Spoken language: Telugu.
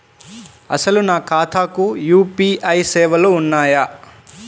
అసలు నా ఖాతాకు యూ.పీ.ఐ సేవలు ఉన్నాయా?